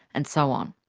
and so on.